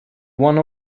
one